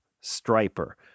Striper